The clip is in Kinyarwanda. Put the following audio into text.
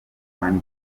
kandi